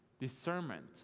discernment